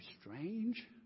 strange